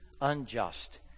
unjust